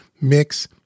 mix